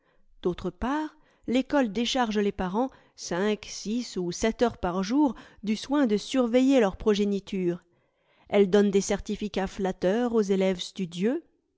d'autre part l'ecole décharge les parents cinq six ou sept heures par jour du soin de surveiller leur progéniture elle donne des certificats flatteurs aux élèves studieux